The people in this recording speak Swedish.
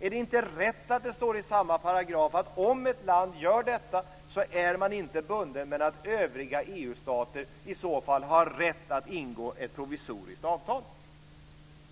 Är det inte rätt att det står i samma paragraf att om ett land gör detta så är man inte bunden, men att övriga EU stater i så fall har rätt att ingå ett provisoriskt avtal?